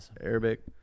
Arabic